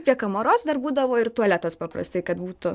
prie kamaros dar būdavo ir tualetas paprastai kad būtų